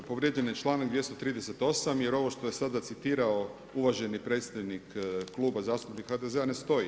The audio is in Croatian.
Pa povrijeđen je članak 238. jer ovo što je sada citirao uvaženi predstojnik Kluba zastupnika HDZ-a ne stoji.